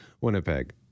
Winnipeg